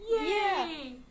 Yay